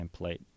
template